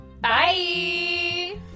bye